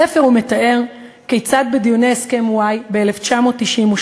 בספר הוא מתאר כיצד בדיוני הסכם וואי, ב-1998,